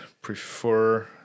prefer